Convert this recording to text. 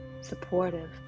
supportive